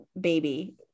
baby